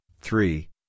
three